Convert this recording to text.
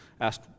asked